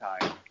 time